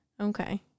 Okay